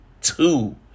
two